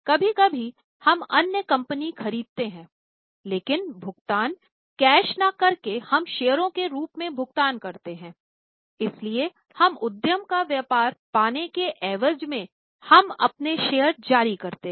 कभी कभी हम अन्य कंपनी खरीदते हैं लेकिन भुगतान कैश न कर के हम शेयरों के रूप में भुगतान करते हैंइसलिए हम उद्यम का व्यापार पाने के एवज में हम अपने शेयर जारी करते हैं